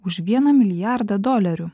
už vieną milijardą dolerių